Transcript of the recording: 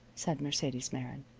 said mercedes meron,